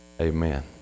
Amen